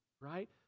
right